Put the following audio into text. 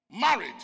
married